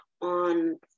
on